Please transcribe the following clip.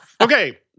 Okay